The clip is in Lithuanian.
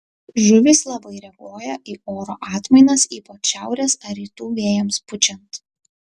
žuvys labai reaguoja į oro atmainas ypač šiaurės ar rytų vėjams pučiant